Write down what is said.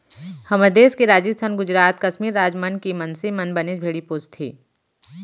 हमर देस के राजिस्थान, गुजरात, कस्मीर राज मन के मनसे मन बनेच भेड़ी पोसथें